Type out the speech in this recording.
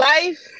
Life